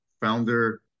founder